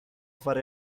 for